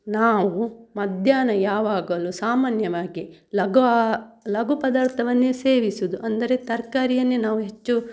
ನಾವು ಮಧ್ಯಾಹ್ನ ಯಾವಾಗಲು ಸಾಮಾನ್ಯವಾಗಿ ಲಘು ಆ ಲಘು ಪದಾರ್ಥವನ್ನೇ ಸೇವಿಸೋದು ಅಂದರೆ ತರಕಾರಿಯನ್ನೇ ನಾವು ಹೆಚ್ಚು